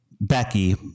Becky